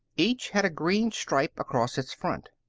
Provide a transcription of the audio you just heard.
each had a green stripe across its front.